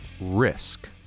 risk